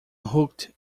hooked